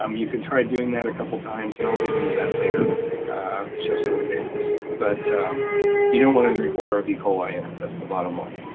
um you can try doing that a couple of times, and i'll get into that later. i'll show some examples. but you don't wanna drink water with e. coli, and that's the bottom line.